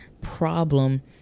problem